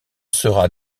sera